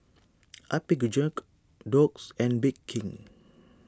Apgujeong Doux and Bake King